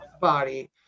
body